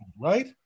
right